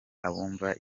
abumva